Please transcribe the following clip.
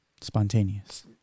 spontaneous